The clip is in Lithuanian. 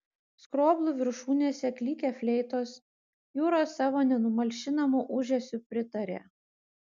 skroblų viršūnėse klykė fleitos jūros savo nenumalšinamu ūžesiu pritarė